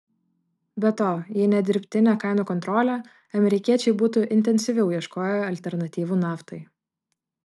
be to jei ne dirbtinė kainų kontrolė amerikiečiai būtų intensyviau ieškoję alternatyvų naftai